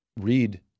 read